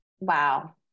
Wow